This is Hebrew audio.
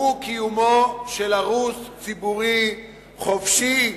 הוא קיומו של ערוץ ציבורי חופשי,